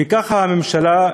וככה הממשלה,